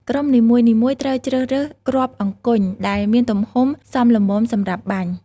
ក្រុមនីមួយៗត្រូវជ្រើសរើសគ្រាប់អង្គញ់ដែលមានទំហំសមល្មមសម្រាប់បាញ់។